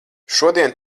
šodien